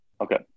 Okay